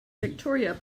victoria